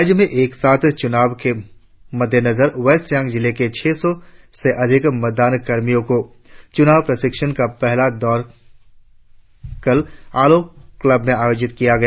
राज्य में एक साथ चुनाव के मद्दे नजर वेस्ट सियांग जिले के छह सौ से अधिक मतदान कर्मियो को चुनाव प्रशिक्षण का पहला दौर कल को ऑलो क्लब में आयोजित किया गया